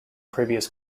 previous